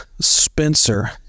spencer